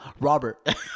robert